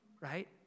right